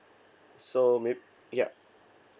so may ya